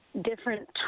different